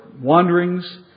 wanderings